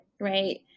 right